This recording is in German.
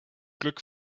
glück